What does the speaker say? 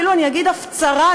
אפילו אגיד הפצרה,